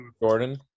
Jordan